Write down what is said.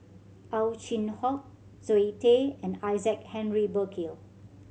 Ow Chin Hock Zoe Tay and Isaac Henry Burkill